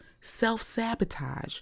self-sabotage